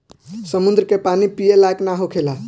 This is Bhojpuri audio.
समुंद्र के पानी पिए लायक ना होखेला